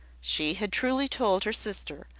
she had truly told her sister,